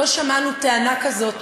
לא שמענו טענה כזאת